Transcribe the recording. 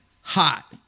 hot